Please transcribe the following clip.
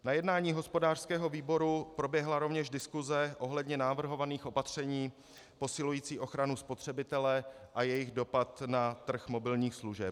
Na jednání hospodářského výboru proběhla rovněž diskuse ohledně navrhovaných opatření posilujících ochranu spotřebitele a jejich dopad na trh mobilních služeb.